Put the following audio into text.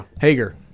Hager